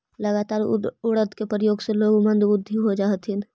लगातार उड़द के प्रयोग से लोग मंदबुद्धि हो जा हथिन